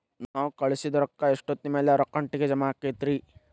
ನಾವು ಕಳಿಸಿದ್ ರೊಕ್ಕ ಎಷ್ಟೋತ್ತಿನ ಮ್ಯಾಲೆ ಅವರ ಅಕೌಂಟಗ್ ಜಮಾ ಆಕ್ಕೈತ್ರಿ?